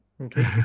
okay